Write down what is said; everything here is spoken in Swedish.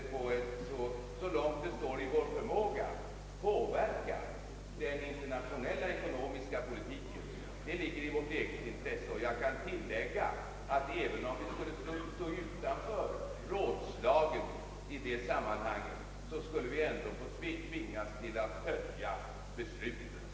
Så långt det står i vår förmåga vill vi vara med och påverka den internationella ekonomiska politiken. Det ligger i vårt eget intresse. Även om vi skulle få stå utanför rådslagen i det sammanhanget, skulle vi ändå i de flesta fall tvingas att följa besluten.